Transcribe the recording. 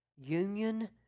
Union